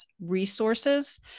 resources